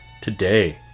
today